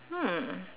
hmm